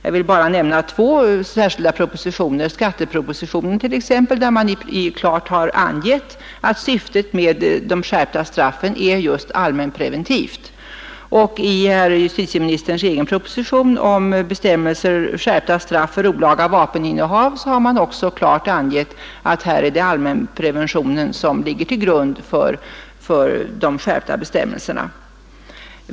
Jag vill bara nämna två särskilda propositioner. I skattepropositionen t.ex. har man klart angivit att syftet med de skärpta straffen är allmänpreventivt, och i justitieministerns egen proposition om skärpta straff för olaga vapeninnehav har man också klart angivit att det är allmänpreventionen som ligger till grund.